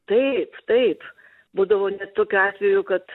taip taip būdavo net tokių atvejų kad